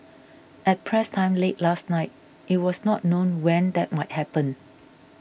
at press time late last night it was not known when that might happen